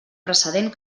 precedent